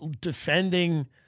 defending